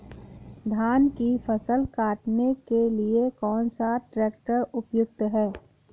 धान की फसल काटने के लिए कौन सा ट्रैक्टर उपयुक्त है?